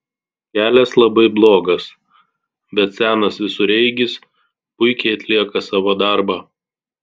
kelias labai blogas bet senas visureigis puikiai atlieka savo darbą